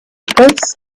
quiz